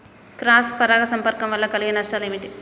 Cross పరాగ సంపర్కం వల్ల కలిగే నష్టాలు ఏమిటి?